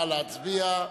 נא להצביע.